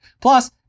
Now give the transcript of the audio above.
Plus